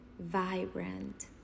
vibrant